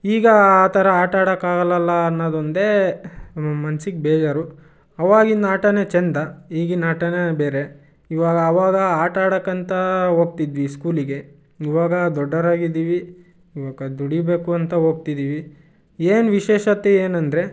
ಈಗ ಆ ಥರ ಆಟಾಡೋಕ್ಕಾಗಲ್ಲ ಅಲ್ಲ ಅನ್ನೋದು ಒಂದೇ ನಮ್ಮ ಮನ್ಸಿಗೆ ಬೇಜಾರು ಅವಾಗಿನ ಆಟನೇ ಚೆಂದ ಈಗಿನ ಆಟನೇ ಬೇರೆ ಇವಾಗ ಅವಾಗ ಆಟಾಡೋಕ್ಕಂತ ಹೋಗ್ತಿದ್ವಿ ಸ್ಕೂಲಿಗೆ ಇವಾಗ ದೊಡ್ಡವರಾಗಿದೀವಿ ಇವಾಗ ದುಡೀಬೇಕು ಅಂತ ಹೋಗ್ತಿದೀವಿ ಏನು ವಿಶೇಷತೆ ಏನು ಅಂದರೆ